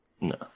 No